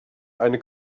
eine